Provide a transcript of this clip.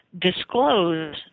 disclose